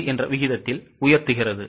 5என்ற விகிதத்தில் உயர்த்துகிறது